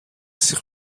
sich